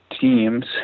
teams